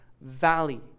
valley